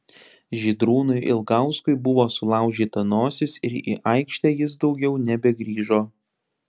žydrūnui ilgauskui buvo sulaužyta nosis ir į aikštę jis daugiau nebegrįžo